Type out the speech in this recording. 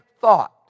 thought